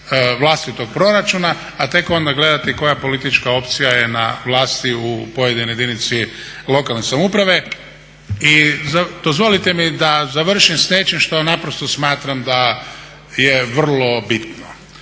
vlastitog proračuna, a tek onda gledati koja je politička opcija na vlasti u pojedinoj jedinici lokalne samouprave. I dozvolite mi da završim s nečim što naprosto smatram da je vrlo bitno.